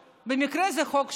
במקרה זה חוק שלי,